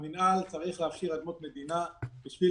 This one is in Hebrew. המינהל צריך להפשיר אדמות מדינה בשביל